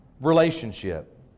relationship